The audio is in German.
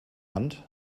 hand